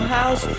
house